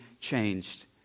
changed